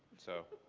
so.